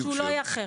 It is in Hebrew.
שהוא לא יאחר.